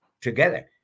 Together